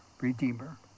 redeemer